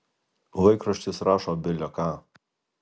laikraštis rašo bile ką